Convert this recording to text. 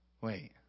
wait